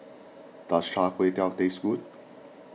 does Char Kway Teow taste good